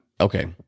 okay